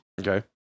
Okay